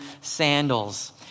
sandals